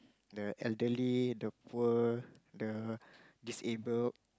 the elderly the poor the disabled